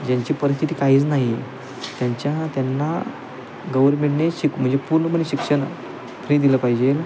ज्यांची परिस्थिती काहीच नाही त्यांच्या त्यांना गव्हर्मेंटने शिक म्हणजे पूर्णपणे शिक्षण फ्री दिलं पाहिजेल